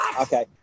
Okay